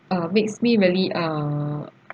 ah makes me really uh